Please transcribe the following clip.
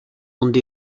ond